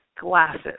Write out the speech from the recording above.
glasses